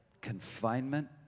Confinement